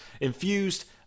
Infused